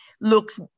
looks